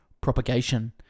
propagation